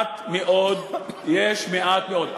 יש מעט מאוד, יש מעט מאוד.